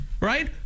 Right